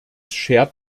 schert